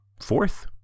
fourth